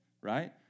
right